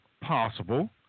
Possible